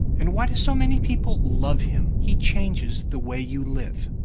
and why do so many people love him? he changes the way you live.